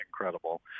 incredible